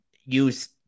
use